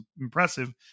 impressive